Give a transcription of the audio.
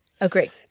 Agree